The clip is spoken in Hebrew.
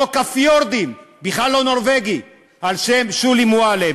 חוק הפיורדים, בכלל לא נורבגי, על שם שולי מועלם.